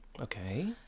Okay